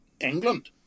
England